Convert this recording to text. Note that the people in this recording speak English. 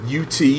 UT